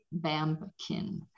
Bambkin